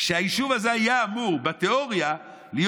והיישוב הזה היה אמור בתיאוריה להיות